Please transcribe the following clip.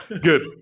Good